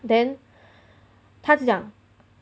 then 他讲